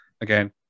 again